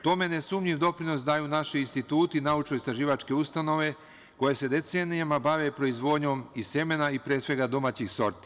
Tome nesumnjiv doprinos daju naši instituti, naučnoistraživačke ustanove koje se decenijama bave proizvodnjom i semena, i pre svega, domaćih sorti.